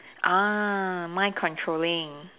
ah mind controlling